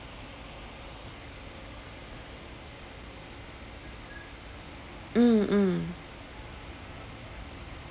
mm mm